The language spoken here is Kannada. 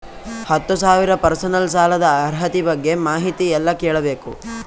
ಹತ್ತು ಸಾವಿರ ಪರ್ಸನಲ್ ಸಾಲದ ಅರ್ಹತಿ ಬಗ್ಗೆ ಮಾಹಿತಿ ಎಲ್ಲ ಕೇಳಬೇಕು?